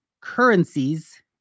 currencies